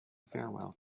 farewell